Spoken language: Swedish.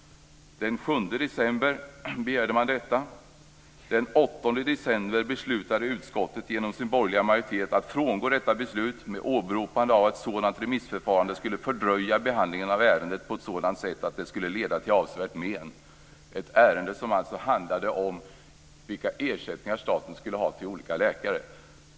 Den 7 december begärde man detta. Den 8 december beslutade utskottets borgerliga majoritet att frångå denna begäran, åberopande att ett sådant remissförfarande skulle fördröja behandlingen av ärendet på ett sådant sätt att det skulle leda till avsevärt men. Det var ett ärende som handlade om vilka ersättningar staten skulle ge till olika läkare.